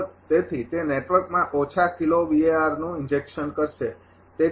તેથી તે નેટવર્કમાં ઓછા kiloVArનું ઇન્જેક્શન કરશે